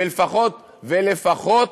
ולפחות